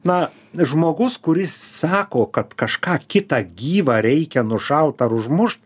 na žmogus kuris sako kad kažką kitą gyvą reikia nušaut ar užmušt